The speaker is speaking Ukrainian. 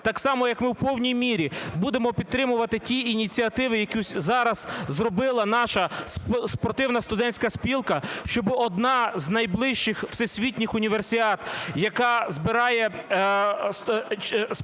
так само, як ми в повній мірі будемо підтримувати ті ініціативи, які зараз зробила наша спортивна студентська спілка, щоби одна з найближчих всесвітніх універсіад, яка збирає спортсменів